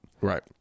right